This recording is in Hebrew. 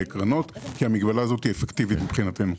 בקרנות, כי המגבלה הזאת אפקטיבית מבחינתנו.